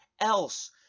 else